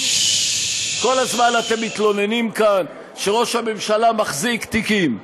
כל הזמן אתם מתלוננים כאן שראש הממשלה מחזיק תיקים.